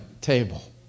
table